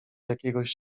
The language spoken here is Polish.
jakiegoś